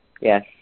Yes